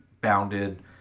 bounded